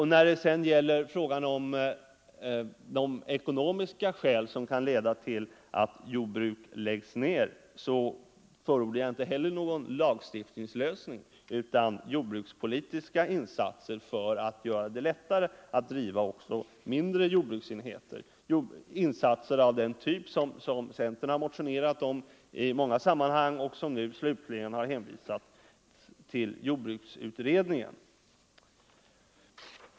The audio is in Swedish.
Inte heller när det gäller de ekonomiska skälen till att jordbruk läggs ned förordar jag någon som helst lagstiftning utan jordbrukspolitiska insatser för att göra det lättare att driva även mindre jordbruk — insatser 175 av den typ som centern har motionerat om i många sammanhang. Våra motioner har nu slutligen hänvisats till jordbruksutredningen.